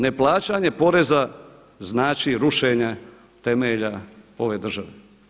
Ne plaćanje poreza znači rušenje temelja ove države.